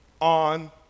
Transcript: on